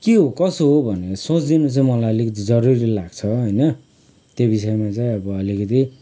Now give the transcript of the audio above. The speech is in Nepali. के हो कसो हो भनेर सोचदिनु चाहिँ मलाई अलिकति जरूरी लाग्छ होइन त्यो विषयमा चाहिँ अब अलिकति